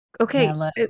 Okay